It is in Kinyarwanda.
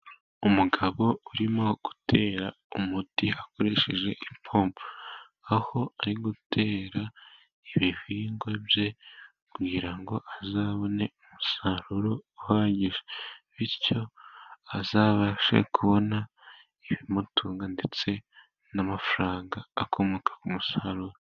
Umugabo urimo gutera umuti akoresheje ipombo. aho ari gutera ibihingwa bye kugira ngo azabone umusaruro uhagije. bityo azabashe kubona ibimutunga ndetse n'amafaranga akomoka ku musaruro.